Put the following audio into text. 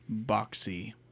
boxy